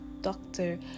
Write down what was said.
doctor